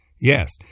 Yes